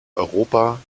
europa